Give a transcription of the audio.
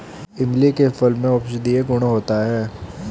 इमली के फल में औषधीय गुण होता है